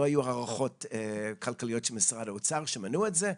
לא היו הערכות כלכליות של משרד האוצר שמנעו את זה,